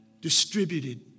distributed